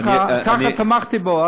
ככה תמכתי בו,